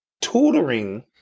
tutoring